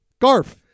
garf